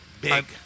Big